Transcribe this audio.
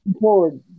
forward